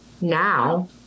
now